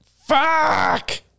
fuck